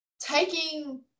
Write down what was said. taking